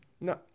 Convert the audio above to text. No